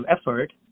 effort